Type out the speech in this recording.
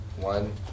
One